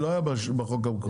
לא היה בחוק המקורי?